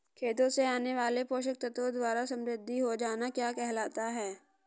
खेतों से आने वाले पोषक तत्वों द्वारा समृद्धि हो जाना क्या कहलाता है?